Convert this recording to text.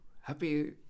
happy